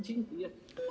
Dziękuję.